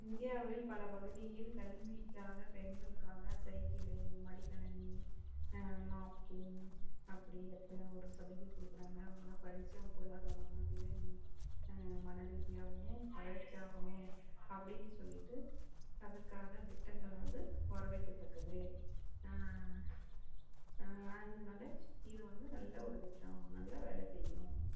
இந்தியாவில் பல பகுதியில் கல்விக்காக பெண்களுக்காக சைக்கிலு மடிக்கணினி நாப்கின் அப்படினு எத்தனை ஒரு சலுகை கொடுக்குறாங்க அவங்கலாம் படிச்சு அவங்க பொருளாதார மன ரீதியாகவுமே வளர்ச்சி ஆகணும் அப்படின் சொல்லிவிட்டு அதற்காக திட்டங்கள் வந்து வரவேற்க தக்கது இதனால இது வந்து நல்ல ஒரு திட்டம் நல்ல வேலை செய்யும்